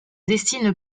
destine